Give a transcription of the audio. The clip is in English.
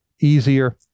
easier